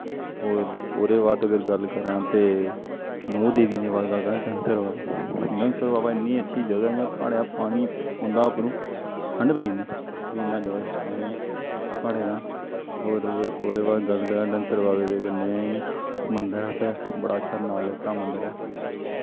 होर ओह्दे बाद अगर गल्ल करां ते नौ देवियें दे बाद गल्ल करां डंसर डंसर इन्नी अच्छी जगह् ऐ इ'यां प्हाड़ें दा पानी पौंदा उप्परों ठंड पेई जंदी कि इन्ना जबरदस्त पानी ऐ प्हाड़े दा होर होर बाद गल्ल करां डंसर बाबे दे कन्नै गै मन्दर ऐ उत्थें बड़ा अच्छा नानक दा मन्दर ऐ